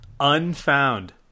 Unfound